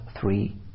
three